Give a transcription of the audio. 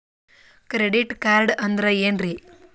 Credit card ಅಂದ್ರ ಏನ್ರೀ?